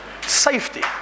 safety